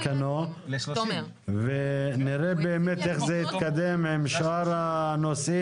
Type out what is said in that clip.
כנו ונראה באמת איך זה יתקדם עם שאר נושאים,